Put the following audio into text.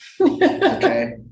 Okay